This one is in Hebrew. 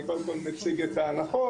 אני קודם כול מציג את ההנחות.